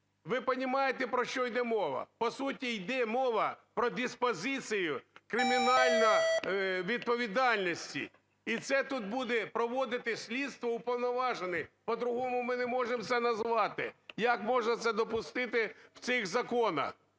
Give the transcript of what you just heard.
Ви розумієте, про що йде мова? По суті йде мова про диспозицію кримінальної відповідальності. І це тут буде проводити слідство уповноважений, по-другому ми не можемо це назвати. Як можна це допустити в цих законах?